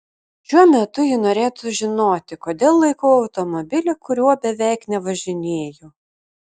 šiuo metu ji norėtų žinoti kodėl laikau automobilį kuriuo beveik nevažinėju